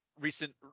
recent